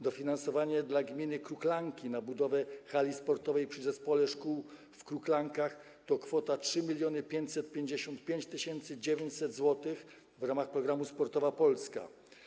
Dofinansowanie dla gminy Kruklanki na budowę hali sportowej przy Zespole Szkół w Kruklankach - kwota 3 555 900 zł w ramach programu „Sportowa Polska”